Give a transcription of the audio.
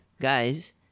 guys